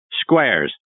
Squares